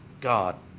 God